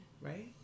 Right